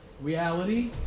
reality